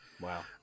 Wow